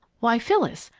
why, phyllis,